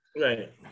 Right